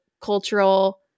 cultural